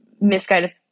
misguided